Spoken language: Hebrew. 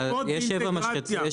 בכל העולם מגדלים עופות באינטגרציה,